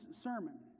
sermon